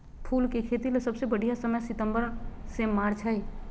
फूल के खेतीले सबसे बढ़िया समय सितंबर से मार्च हई